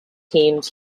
teams